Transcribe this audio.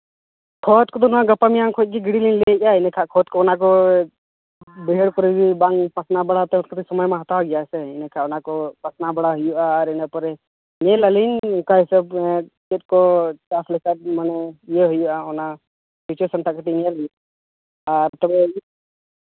ᱠᱷᱚᱛ ᱠᱚᱫᱚ ᱦᱟᱸᱜ ᱜᱟᱯᱟ ᱢᱮᱭᱟᱝ ᱠᱷᱚᱡ ᱜᱮ ᱜᱤᱲᱤ ᱞᱤᱧ ᱞᱟᱹᱭᱮᱫᱼᱟ ᱮᱰᱮᱠᱷᱟᱡ ᱠᱷᱚᱛ ᱠᱚ ᱚᱱᱟ ᱠᱚ ᱵᱟᱹᱭᱦᱟᱹᱲ ᱠᱚᱨᱮ ᱜᱮ ᱵᱟᱝ ᱯᱟᱥᱱᱟᱣ ᱵᱟᱲᱟ ᱦᱟᱛᱟᱲ ᱥᱚᱢᱚᱭ ᱢᱟ ᱦᱟᱛᱟᱣ ᱜᱮᱭᱟᱭ ᱥᱮ ᱤᱱᱟᱹᱠᱷᱟᱱ ᱚᱱᱟ ᱠᱚ ᱯᱟᱥᱱᱟᱣ ᱵᱟᱲᱟ ᱦᱩᱭᱩᱜᱼᱟ ᱟᱨ ᱤᱱᱟᱹ ᱠᱚᱨᱮ ᱧᱮᱞ ᱟᱹᱞᱤᱧ ᱚᱱᱠᱟ ᱦᱤᱥᱟᱹᱵ ᱪᱮᱫ ᱠᱚ ᱪᱟᱥ ᱞᱮᱠᱟ ᱢᱟᱱᱮ ᱤᱭᱟᱹ ᱦᱩᱭᱩᱜᱼᱟ ᱚᱱᱟ ᱜᱩᱪᱷᱟᱹᱣ ᱥᱟᱢᱴᱟᱣ ᱠᱟᱛᱮᱫ ᱧᱮᱞ ᱢᱮ ᱟᱨ ᱛᱚᱵᱮ